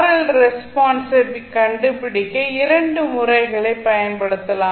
L ரெஸ்பான்ஸை கண்டுபிடிக்க 2 முறைகளைப் பயன்படுத்தலாம்